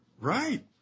Right